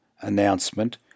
announcement